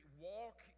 walk